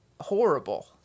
horrible